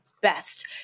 best